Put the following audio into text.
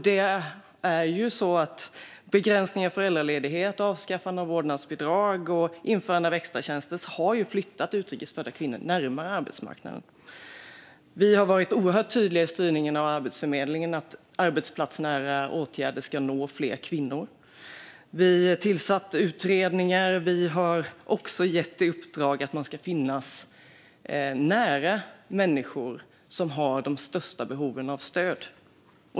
Det är ju så att begränsningen i föräldraledighet, avskaffande av vårdnadsbidrag och införande av extratjänster har flyttat utrikes födda kvinnor närmare arbetsmarknaden. Vi har varit oerhört tydliga i styrningen av Arbetsförmedlingen om att arbetsplatsnära åtgärder ska nå fler kvinnor. Vi tillsatte utredningar, och vi har gett i uppdrag att man ska finnas nära människor som har de största behoven av stöd.